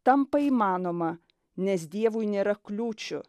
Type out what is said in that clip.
tampa įmanoma nes dievui nėra kliūčių